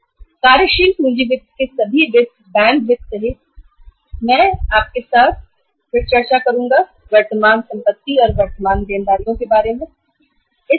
कार्यशील पूँजी वित्त के बैंक वित्त सहित सभी स्रोतों के बारे में मैं आपसे बाद में चर्चा करूँगा उससे पहले चालू संपत्तियों और वर्तमान देनदारियों के बारे में बात करूँगा